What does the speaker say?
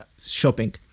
shopping